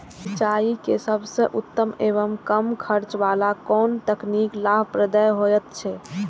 सिंचाई के सबसे उत्तम एवं कम खर्च वाला कोन तकनीक लाभप्रद होयत छै?